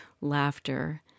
laughter